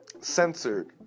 censored